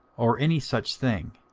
or any such thing